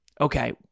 Okay